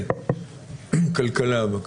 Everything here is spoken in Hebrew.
כלכלה, בבקשה.